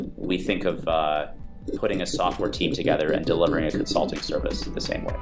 we think of putting a software team together and delivering a consulting service the same way.